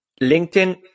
LinkedIn